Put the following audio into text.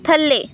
ਥੱਲੇ